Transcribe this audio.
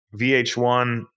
VH1